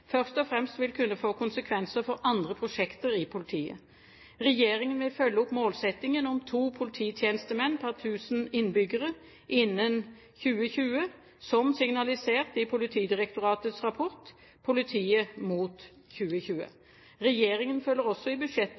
først og fremst vil kunne få konsekvenser for andre prosjekter i politiet. Regjeringen vil følge opp målsettingen om to polititjenestemenn per tusen innbyggere innen 2020, som signalisert i Politidirektoratets rapport «Politiet mot 2020». Regjeringen følger også i budsjettet